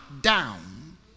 down